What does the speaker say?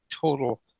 total